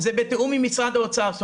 זה בתיאום עם משרד האוצר.